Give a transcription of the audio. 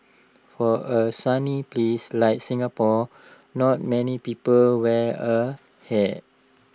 for A sunny place like Singapore not many people wear A hat